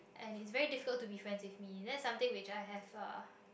and it's very difficult to be friend with me that's something which I have a